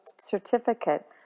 Certificate